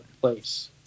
place